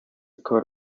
code